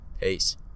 Peace